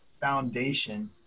foundation